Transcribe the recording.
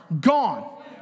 Gone